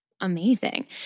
Amazing